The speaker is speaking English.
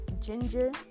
ginger